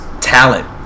talent